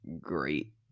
great